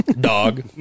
dog